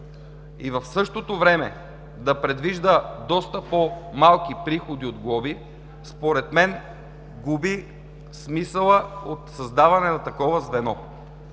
и в същото време да предвижда доста по-малки приходи от глоби, според мен губи смисъла от създаване на такова звено.